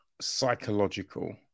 psychological